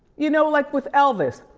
you know, like with elvis.